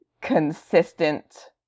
consistent